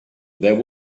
there